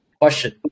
question